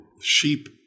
sheep